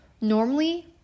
Normally